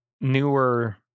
newer